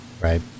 right